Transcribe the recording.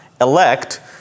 elect